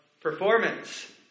performance